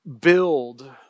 build